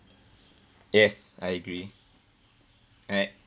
yes I agree right